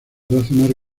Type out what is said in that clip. razonar